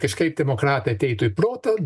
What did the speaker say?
kažkaip demokratai ateitų į protą